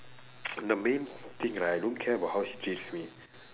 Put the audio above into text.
the main thing right I don't care how she treats me